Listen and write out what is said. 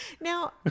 Now